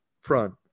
front